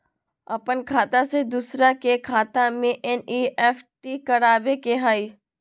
अपन खाते से दूसरा के खाता में एन.ई.एफ.टी करवावे के हई?